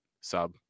sub